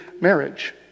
marriage